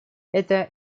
это